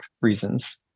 reasons